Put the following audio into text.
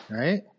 right